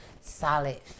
solid